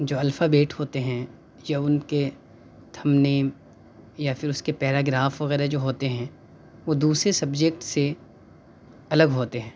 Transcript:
جو الفابیٹ ہوتے ہیں یا اُن کے تھمنیم یا پھر اس کے پیراگراف وغیرہ جو ہوتے ہیں وہ دوسرے سبجیکٹ سے الگ ہوتے ہیں